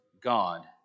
God